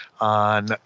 On